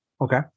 Okay